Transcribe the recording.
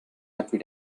every